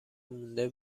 مونده